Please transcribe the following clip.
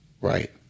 right